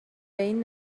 این